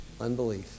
unbelief